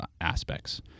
aspects